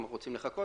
רוצים לחכות?